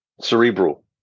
cerebral